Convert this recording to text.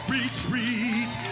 retreat